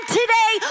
today